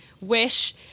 wish